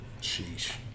Sheesh